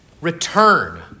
return